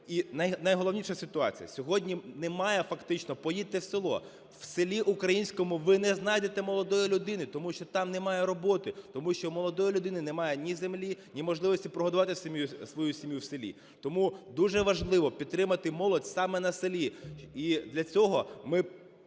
І найголовніша ситуація. Сьогодні немає фактично, поїдьте в село, в селі українському ви не знайдете молодої людини, тому що там немає роботи, тому що в молодої людини немає ні землі, ні можливості прогодувати свою сім'ю в селі. Тому дуже важливо підтримати молодь саме на селі. І для цього ми